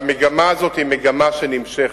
והמגמה הזאת היא מגמה שנמשכת.